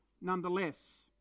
nonetheless